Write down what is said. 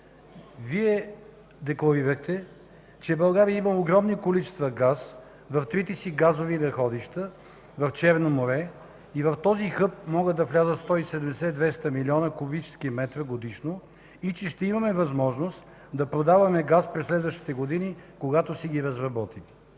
Вие декларирахте, че България има огромни количества газ в трите си газови находища в Черно море и в този хъб могат да влязат 170 200 млн. куб. м годишно, и че ще имаме възможност да продаваме газ през следващите години, когато ще ги разработим.